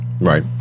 Right